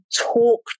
talk